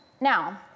Now